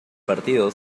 partido